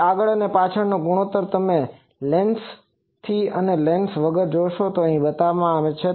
પછી આગળ અને પાછળનો ગુણોત્તર તમે લેન્સથી અને લેન્સ વગર જોશો તે અહીં બતાવવામાં આવે છે